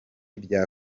bya